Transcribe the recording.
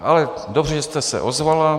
Ale dobře, že jste se ozvala.